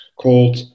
called